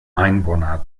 einwohner